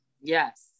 Yes